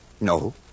No